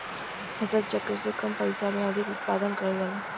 फसल चक्र से कम पइसा में अधिक उत्पादन करल जाला